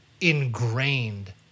ingrained